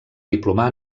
diplomar